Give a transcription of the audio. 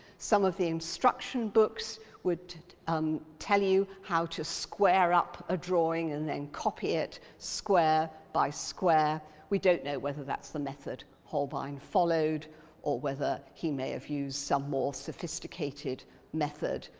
some of the instruction books would um tell you how to square up a drawing and then copy it square by square. we don't know whether that's the method holbein followed or whether he may have used some more sophisticated method,